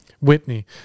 Whitney